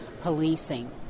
policing